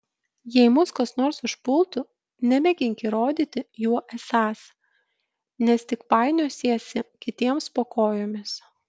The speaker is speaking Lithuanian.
jei mus kas nors užpultų nemėgink įrodyti juo esąs nes tik painiosiesi kitiems po kojomis